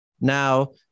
Now